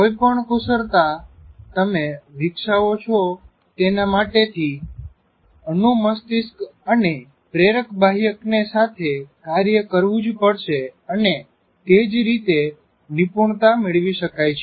કોઈપણ કુશળતા તમે વિકસાવો છો તેના માટે થી અનુ મસ્તિષ્ક અને પ્રેરક બાહ્યકને સાથે કાર્ય કરવું જ પડશે અને તે જ રીતે નિપુણતા મેળવી શકાય છે